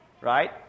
right